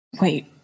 Wait